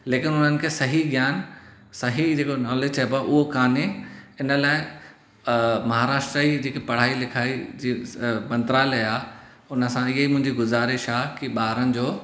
लेकिन हुननि खे सही ज्ञान सही जेको नॉलेज चइॿो आहे उहो काने हिन लाइ महाराष्ट्र जी जेकी पढ़ाई लिखाई मंत्रालय आहे हुन सां इहे मुंहिंजी गुज़ारिश आहे कि ॿारनि जो